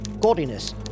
gaudiness